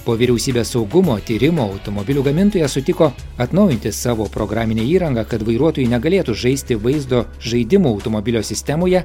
po vyriausybės saugumo tyrimo automobilių gamintoja sutiko atnaujinti savo programinę įrangą kad vairuotojai negalėtų žaisti vaizdo žaidimų automobilio sistemoje